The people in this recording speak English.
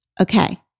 Okay